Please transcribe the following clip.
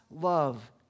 love